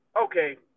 Okay